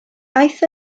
aeth